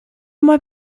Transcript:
mois